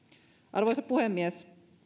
arvoisa puhemies